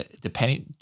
depending